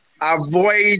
avoid